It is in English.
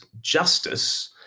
justice